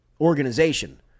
organization